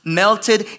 melted